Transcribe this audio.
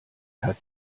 hat